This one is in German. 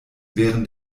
während